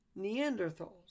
Neanderthals